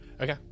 okay